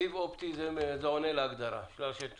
סיב אופטי עונה להגדרה של רשת מתקדמת.